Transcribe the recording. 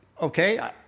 Okay